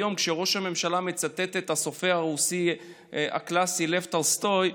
היום ראש הממשלה ציטט את הסופר הרוסי הקלאסי לב טולסטוי,